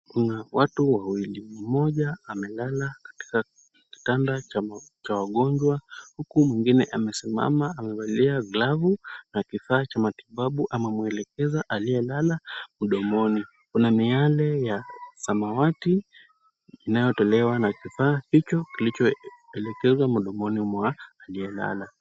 Kuna watu wawili mmoja amelala katika kitanda cha wagonjwa huku mwingine amesimama amevalia glavu na kifaa cha matibabu anamwelekeza aliyelala mdomoni . Kuna miaele ya samawati inayotolewa na kifaa hicho kilichoelekezwa mdomoni mwa aliyelala.